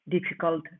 difficult